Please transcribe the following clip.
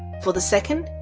for the second,